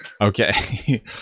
Okay